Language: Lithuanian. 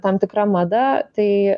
tam tikra mada tai